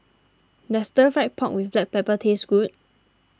does Stir Fried Pork with Black Pepper taste good